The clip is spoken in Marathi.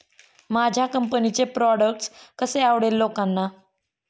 माझ्या कंपनीचे प्रॉडक्ट कसे आवडेल लोकांना?